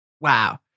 Wow